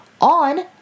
On